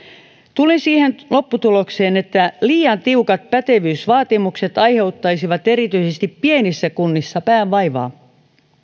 tulin siihen lopputulokseen että liian tiukat pätevyysvaatimukset aiheuttaisivat erityisesti pienissä kunnissa päänvaivaa